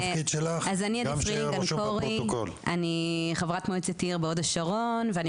אני חברת מועצת עיר בהוד השרון ואני